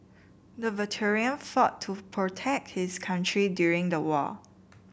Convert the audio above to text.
the veteran fought to protect his country during the war